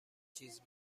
چیز